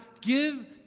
give